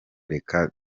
reka